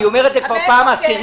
אני אומר את זה כבר בפעם העשירית.